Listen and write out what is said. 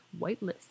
Whitelist